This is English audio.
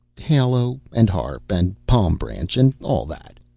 halo, and harp, and palm branch, and all that.